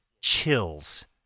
chills